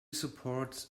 supports